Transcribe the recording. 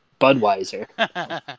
Budweiser